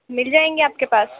مل جائیں گے آپ کے پاس